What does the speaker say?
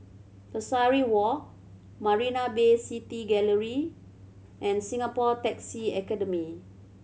Pesari Walk Marina Bay City Gallery and Singapore Taxi Academy